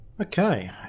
Okay